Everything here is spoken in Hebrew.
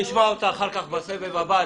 אני אשמע אותה אחר כך בסבב הבא.